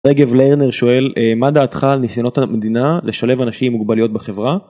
רגב לרנר שואל מה דעתך על ניסיונות המדינה לשלב אנשים עם מוגבלויות בחברה.